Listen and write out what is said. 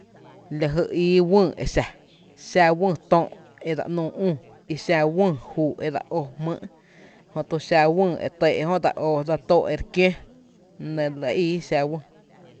La jy ii wÿÿ exa: xa wÿ töö’ edse ‘nuu üü, i xa wÿÿ juu’ e dsa ó jmýý’, jötu xa wÿÿ e tɇɇ’ jö e dsa ó e dsa tóói’ ere kióó, la nɇ re lɇ ii xa wÿÿ.